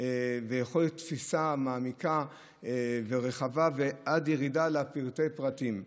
ויכולת תפיסה מעמיקה ורחבה, עד ירידה לפרטי פרטים.